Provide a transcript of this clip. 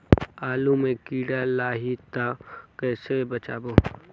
आलू मां कीड़ा लाही ता कइसे बचाबो?